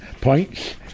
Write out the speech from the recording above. points